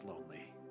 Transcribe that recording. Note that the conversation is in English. lonely